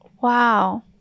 Wow